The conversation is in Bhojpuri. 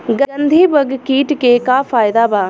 गंधी बग कीट के का फायदा बा?